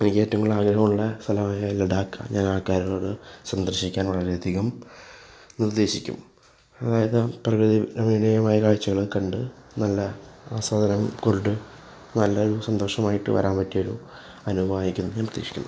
എനിക്ക് ഏറ്റവും കൂടുതൽ ആഗ്രഹം ഉള്ള സ്ഥലമായ ലഡാക്ക് ഞാൻ ആൾക്കാറോട് സന്ദർശിക്കാൻ വളരെ അധികം നിർദ്ദേശിക്കും അതായത് പ്രകൃതി രമണീയമായ കാഴ്ചകൾ കണ്ട് നല്ല ആസ്വാദനം കൊണ്ട് നല്ല സന്തോഷമായിട്ട് വരാൻ പറ്റിയ ഒരു അനുഭവമായിരിക്കും ഞാൻ പ്രതീക്ഷിക്കുന്നു